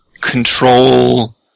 control